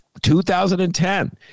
2010